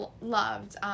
loved